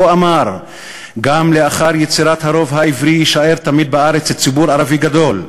כה אמר: "גם לאחר יצירת הרוב העברי יישאר תמיד בארץ ציבור ערבי גדול.